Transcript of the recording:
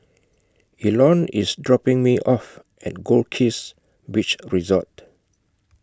Elon IS dropping Me off At Goldkist Beach Resort